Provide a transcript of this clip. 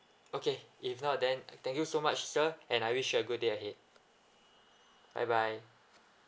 okay if not then thank you so much sir and I wish you a good day ahead bye bye